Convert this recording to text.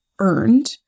earned